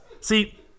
See